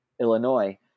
Illinois